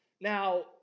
Now